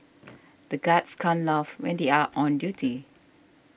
the guards can't laugh when they are on duty